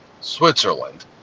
Switzerland